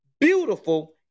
beautiful